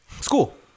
School